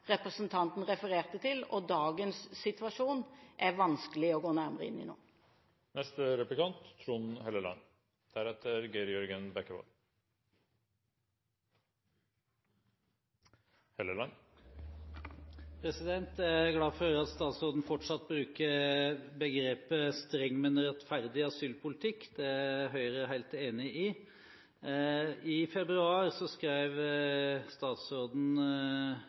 representanten refererte til – og dagens situasjon, er det vanskelig å gå nærmere inn i nå. Jeg er glad for at statsråden fortsatt bruker begrepet «streng og rettferdig asylpolitikk» – det er Høyre helt enig i. I februar skrev statsråden